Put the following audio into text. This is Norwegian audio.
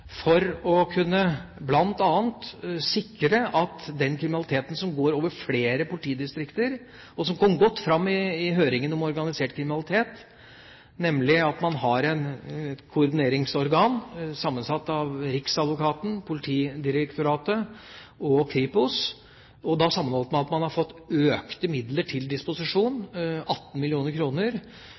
for bl.a. å kunne møte den kriminaliteten som går over flere politidistrikter. Dette kom godt fram under høringen om organisert kriminalitet, nemlig at man har et koordineringsorgan sammensatt av riksadvokaten, Politidirektoratet og Kripos, sammenholdt med at man har fått økte midler til disposisjon – 18